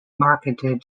marketed